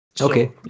Okay